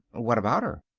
what about her?